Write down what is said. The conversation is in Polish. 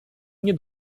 nie